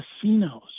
casinos